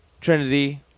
Trinity